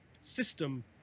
system